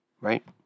Right